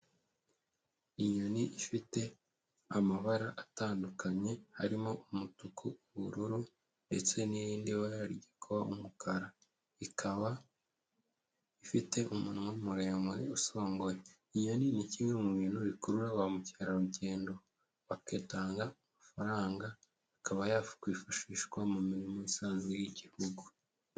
Inyoni ifite amabara atandukanye arimo umutuku, ubururu ndetse n'irindi bara rijya kuba umukara, ikaba ifite umunwa muremure usongoye, inyoni ni kimwe mu bintu bikurura ba mukerarugendo bakitanga amafaranga akaba yakwifashishwa mu mirimo isanzwe y'igihugu.